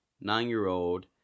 nine-year-old